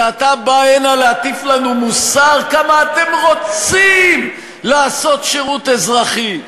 ואתה בא הנה להטיף לנו מוסר: כמה אתם רוצים לעשות שירות אזרחי,